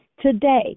today